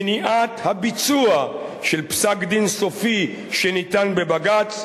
מניעת הביצוע של פסק-דין סופי שניתן בבג"ץ.